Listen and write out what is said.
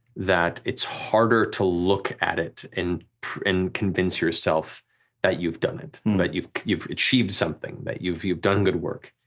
that it's harder to look at it and convince yourself that you've done it, and but that you've achieved something, that you've you've done good work.